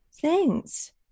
Thanks